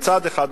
זה מצד אחד.